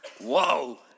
Whoa